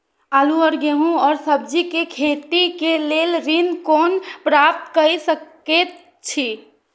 आलू और गेहूं और सब्जी के खेती के लेल ऋण कोना प्राप्त कय सकेत छी?